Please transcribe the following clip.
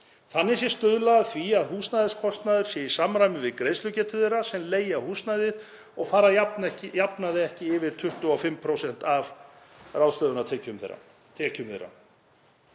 Þannig sé stuðlað að því að húsnæðiskostnaður sé í samræmi við greiðslugetu þeirra sem leigja húsnæði og fari að jafnaði ekki yfir 25% af ráðstöfunartekjum þeirra.